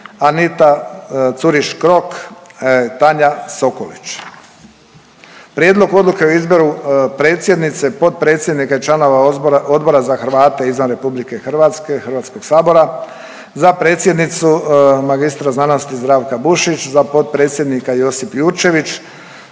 Anita Curiš Krok, Tanja Sokolić. Prijedlog odluke o izboru predsjednice, potpredsjednika i članova Odbor za Hrvate izvan Republike Hrvatske HS-a, za predsjednicu mag. sc. Zdravka Bušić, za potpredsjednika Josip Jurčević,